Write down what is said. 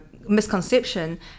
misconception